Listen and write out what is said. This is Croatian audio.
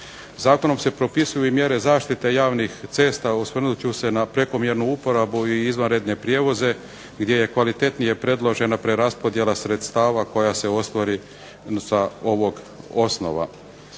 Zakonom se propisuju i mjere zaštite javnih cesta. Osvrnut ću se na prekomjernu uporabu i izvanredne prijevoze gdje je kvalitetnije predložena preraspodjela sredstava koja se ostvari za ovog osnova.